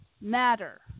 matter